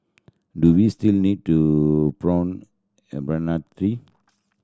do we still need to prune tree